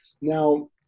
Now